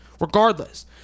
regardless